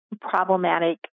problematic